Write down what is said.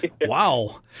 wow